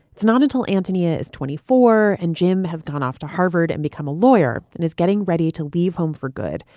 it's not until anthony is twenty four and jim has gone off to harvard and become a lawyer and is getting ready to leave home for good,